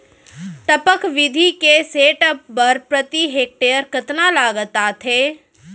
टपक विधि के सेटअप बर प्रति हेक्टेयर कतना लागत आथे?